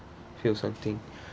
failed something